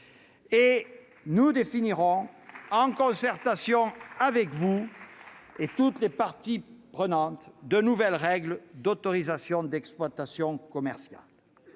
Nous définirons, en concertation avec vous et toutes les parties prenantes, de nouvelles règles d'autorisation d'exploitation commerciale.